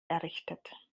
errichtet